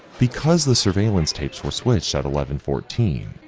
because the surveillance tapes were switched at eleven fourteen,